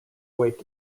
weight